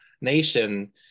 nation